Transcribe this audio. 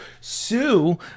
sue